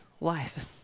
life